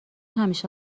همیشه